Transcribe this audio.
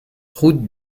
route